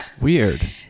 Weird